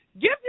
give